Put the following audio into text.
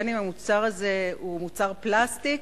בין אם המוצר הזה הוא מוצר פלסטיק,